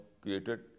created